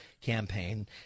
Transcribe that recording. campaign